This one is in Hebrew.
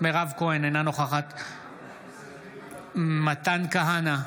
בהצבעה מירב כהן, אינה נוכחת מתן כהנא,